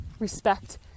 respect